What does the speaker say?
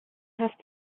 have